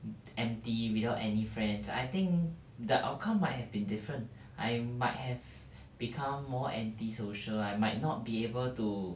em~ empty without any friends I think the outcome might have been different I might have become more antisocial I might not be able to